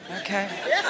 Okay